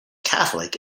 catholic